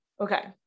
Okay